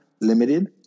limited